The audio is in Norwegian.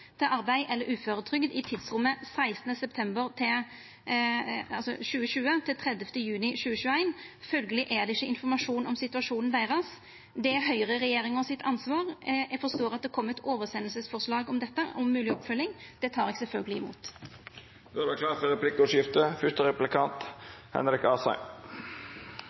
til arbeid eller uføretrygd i tidsrommet 16. september 2020 til 30. juni 2021. Følgjeleg er det ikkje informasjon om situasjonen deira. Det er ansvaret til høgreregjeringa. Eg forstår at det vil koma eit oversendingsforslag om dette, om mogleg oppfølging. Det